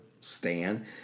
stand